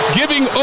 giving